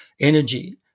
energy